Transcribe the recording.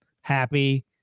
happy